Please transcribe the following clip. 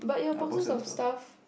ya boxes of stuff